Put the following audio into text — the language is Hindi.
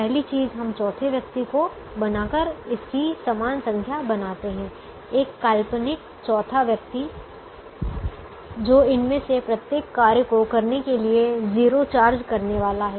पहली चीज हम चौथे व्यक्ति को बनाकर इसकी समान संख्या बनाते हैं एक काल्पनिक चौथा व्यक्ति जो इनमें से प्रत्येक कार्य को करने के लिए 0 चार्ज करने वाला है